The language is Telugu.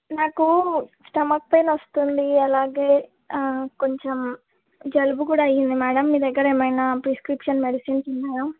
నాకు స్టమక్ పెయిన్ వస్తుంది అలాగే కొంచెం జలుబు కూడా అయింది మ్యాడం మీ దగ్గర ఏమైనా ప్రిస్క్రిప్షన్ మెడిసన్స్ ఉన్నాయా